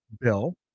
Bill